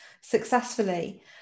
successfully